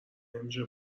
نمیشه